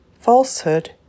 falsehood